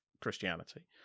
christianity